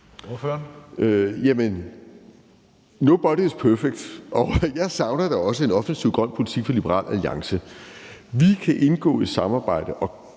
Lidegaard (RV): Nobody is perfect, og jeg savner da også en offensiv grøn politik fra Liberal Alliance. Vi kan indgå i et samarbejde